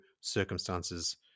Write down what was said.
circumstances